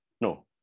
No